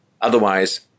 Otherwise